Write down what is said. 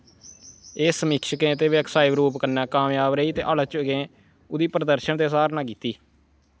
एह् समीक्षकें ते व्यावसायिक रूप कन्नै कामयाब रेही ते आलोचकें उं'दी प्रदर्शन दी सराह्ना कीती